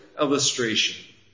illustration